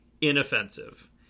inoffensive